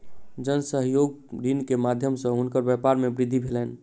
जन सहयोग ऋण के माध्यम सॅ हुनकर व्यापार मे वृद्धि भेलैन